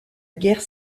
guerre